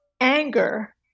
anger